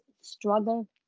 struggle